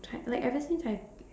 like ever since I've